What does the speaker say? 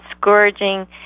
scourging